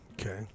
Okay